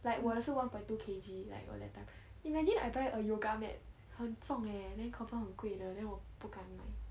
like 我的是 one point two K_G like 我 that time imagine I buy a yoga mat 很重 leh then confirm 很贵的我不敢买